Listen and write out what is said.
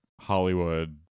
Hollywood